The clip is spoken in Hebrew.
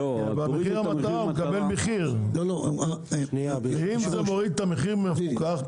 אם זה מוריד את המחיר המפוקח,